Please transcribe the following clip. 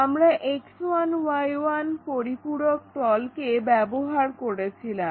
আমরা X1Y1 পরিপূরক তলকে ব্যবহার করেছিলাম